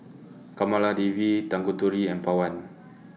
Kamaladevi Tanguturi and Pawan